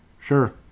sure